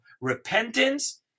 repentance